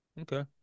Okay